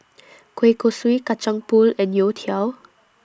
Kueh Kosui Kacang Pool and Youtiao